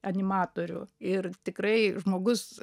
animatorių ir tikrai žmogus